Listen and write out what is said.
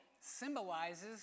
symbolizes